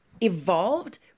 evolved